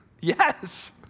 Yes